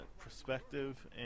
perspective